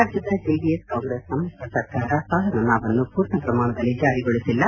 ರಾಜ್ಲದ ಜೆಡಿಎಸ್ ಕಾಂಗ್ರೆಸ್ ಸಮಿತ್ರ ಸರ್ಕಾರ ಸಾಲ ಮನ್ನಾವನ್ನು ಪೂರ್ಣಪ್ರಮಾಣದಲ್ಲಿ ಜಾರಿಗೊಳಿಬಲ್ಲ